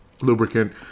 lubricant